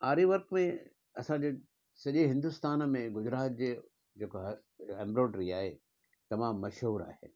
आरी वर्क में असांजे सॼे हिंदुस्तान में गुजरात जे जेको आहे एम्ब्रॉड्री आहे तमामु मशहूरु आहे